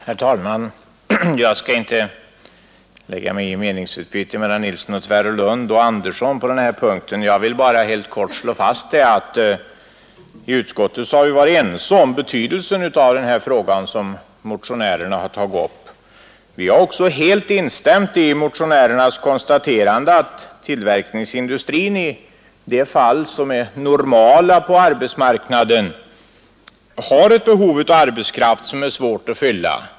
Herr talman! Jag skall inte lägga mig i meningsutbytet mellan herr Nilsson i Tvärålund och herr Andersson i Billingsfors på den här punkten; jag vill bara helt kort slå fast att i utskottet har vi varit ense om betydelsen av den fråga som motionärerna har tagit upp. Vi har också helt instämt i motionärernas konstaterande att tillverkningsindustrin i de fall som är normala på arbetsmarknaden har ett behov av arbetskraft som är svårt att fylla.